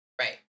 Right